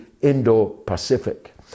Indo-Pacific